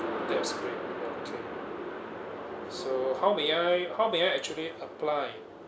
that's great okay so how may I how may I actually apply